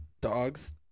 dogs